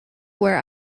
where